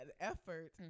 effort